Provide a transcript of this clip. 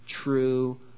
true